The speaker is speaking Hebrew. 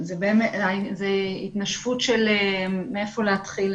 זו התנשפות של מאיפה להתחיל.